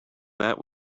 that